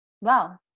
Wow